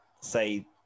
say